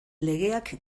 legeak